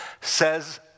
says